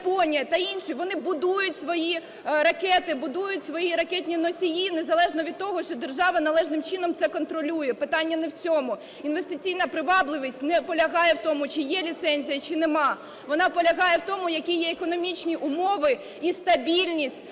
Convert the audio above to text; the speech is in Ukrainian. Японія та інші, - вони будують свою ракети, будують свої ракетні носії, незалежно від того, чи держава належним чином це контролює, питання не в цьому. Інвестиційна привабливість не полягає в тому, чи є ліцензія, чи нема, вона полягає в тому, які є економічні умови і стабільність